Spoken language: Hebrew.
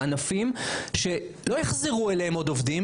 ענפים שלא יחזרו אליהם עוד עובדים,